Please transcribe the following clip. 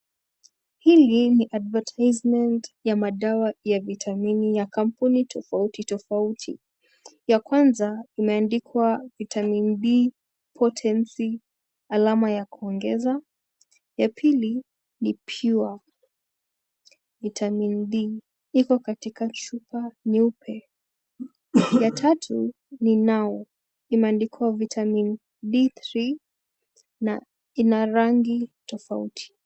Hili ni advertisement [cs ] ya madawa ya vitamini ya kampuni tofauti tofauti . Ya kwanza imeandikwa Vitamin D potency alama ya kuongeza , ya pili ni pure vitamin D iko katika chupa nyeupe . Ya tatu ni nao imeandikwa vitamin D three na inarangi tofauti .